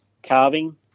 Carving